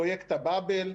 פרויקט ה-בבל.